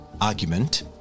argument